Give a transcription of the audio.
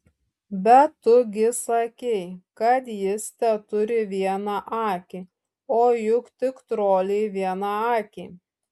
bet tu gi sakei kad jis teturi vieną akį o juk tik troliai vienakiai